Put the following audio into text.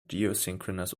geosynchronous